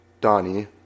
Donnie